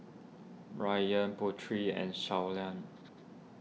Ryan Putri and